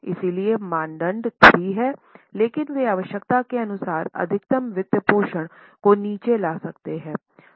इसलिए मानदंड 3 है लेकिन वे आवश्यकता के अनुसार अधिकतम वित्तपोषण को नीचे ला सकते हैं